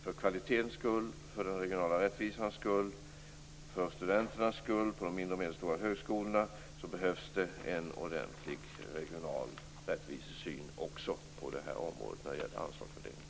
För kvalitetens skull, för den regionala rättvisans skull och för studenternas skull på de mindre och medelstora högskolorna behövs en ordentlig regional rättvisesyn också när det gäller anslagsfördelningen på det här området.